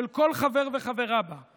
היא של כל חבר וחברה בה.